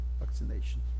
Vaccination